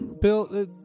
Bill